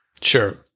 sure